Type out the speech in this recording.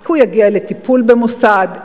הוא יגיע לטיפול במוסד?